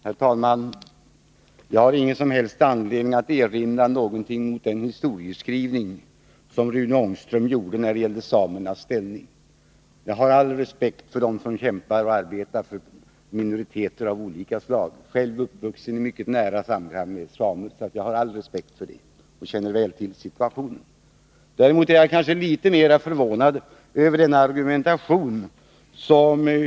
Herr talman! Jag har ingen som helst anledning att erinra något mot den historiebeskrivning som Rune Ångström gjorde när det gäller samernas ställning. Jag har all respekt för dem som kämpar och arbetar för minoriteter av olika slag. Jag är själv uppvuxen mycket nära samer, så jag känner väl till situationen. Däremot är jag kanske litet mer förvånad över Hugo Hegelands argumentation.